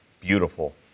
beautiful